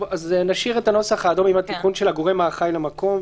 נשאיר את הנוסח האדום עם התיקון של הגורם האחראי למקום,